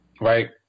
Right